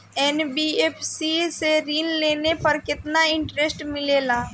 NBFC से ऋण लेने पर केतना इंटरेस्ट मिलेला?